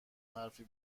حرفی